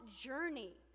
journey